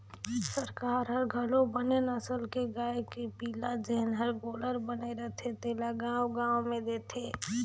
सरकार हर घलो बने नसल के गाय के पिला जेन हर गोल्लर बने रथे तेला गाँव गाँव में देथे